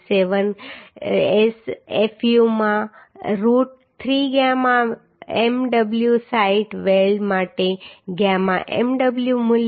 7S fu માં root 3 gamma mw site weld માટે gamma mw મૂલ્ય 1